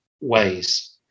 ways